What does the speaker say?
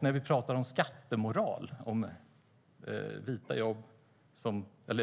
När vi pratar om